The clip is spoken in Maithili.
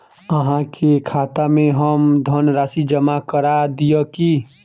अहाँ के खाता में हम धनराशि जमा करा दिअ की?